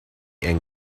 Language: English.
and